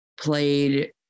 played